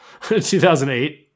2008